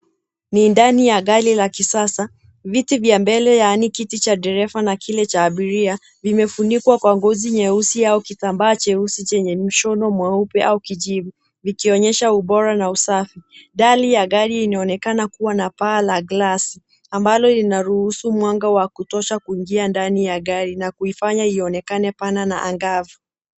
Ni ndani ya gari la kisasa. Viti vya mbele, yaani kiti cha dereva na kile cha abiria, vimefunikwa kwa ngozi nyeusi au kitambaa cheusi chenye mshono mweupe au kijivu, vikionyesha ubora na usafi. Ndani ya gari inaonekana kuwa na paa la glasi, ambalo linaruhusu mwanga wa kutosha kuingia ndani ya gari na kuifanya ionekane pana na angavu.